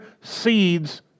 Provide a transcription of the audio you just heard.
seeds